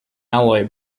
alloy